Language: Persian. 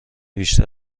بیشتر